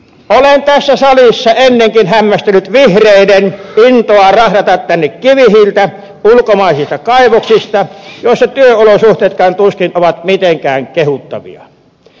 olen tässä salissa ennenkin hämmästellyt vihreiden intoa rahdata tänne kivihiiltä ulkomaisista kaivoksista joissa työolosuhteetkaan tuskin ovat mitenkään kehuttavia